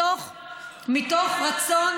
מתוך רצון,